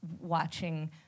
watching